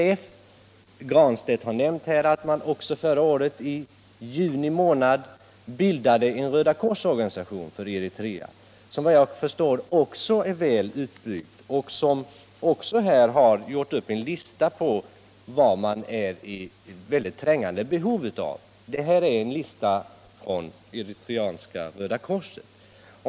Herr Granstedt har nämnt att man också förra året i juni månad bildade en Rödakorsorganistion för Eritrea, som såvitt jag förstår också är väl utbyggd och som även har gjort upp en lista på vad man är i trängande behov av. Det är alltså en lista från Eritreanska röda korset.